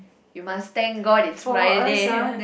you must thank god it's Friday